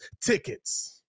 tickets